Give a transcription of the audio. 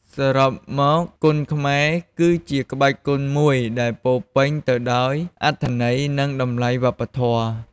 សរុបមក គុនខ្មែរគឺជាក្បាច់គុនមួយដែលពោរពេញទៅដោយអត្ថន័យ និងតម្លៃវប្បធម៌។